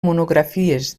monografies